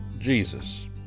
Jesus